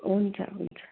हुन्छ हुन्छ